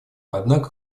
однако